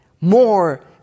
More